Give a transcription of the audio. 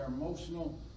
emotional